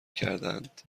کردهاند